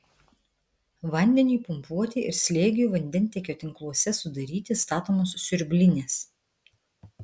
vandeniui pumpuoti ir slėgiui vandentiekio tinkluose sudaryti statomos siurblinės